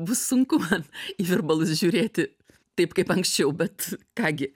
bus sunku man į virbalus žiūrėti taip kaip anksčiau bet ką gi